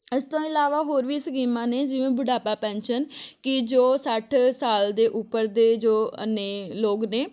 ਇਸ ਤੋਂ ਇਲਾਵਾ ਹੋਰ ਵੀ ਸਕੀਮਾਂ ਨੇ ਜਿਵੇਂ ਬੁਢਾਪਾ ਪੈਨਸ਼ਨ ਕਿ ਜੋ ਸੱਠ ਸਾਲ ਦੇ ਉੱਪਰ ਦੇ ਜੋ ਨੇ ਲੋਕ ਨੇ